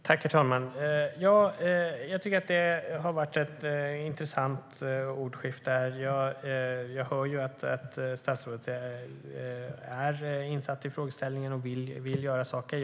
Herr talman! Det har varit ett intressant ordskifte. Jag hör att statsrådet är insatt i frågeställningen och vill göra saker.